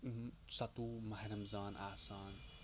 سَتووُہ ماہ رَمضان آسان